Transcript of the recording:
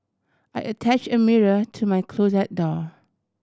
I attach a mirror to my closet door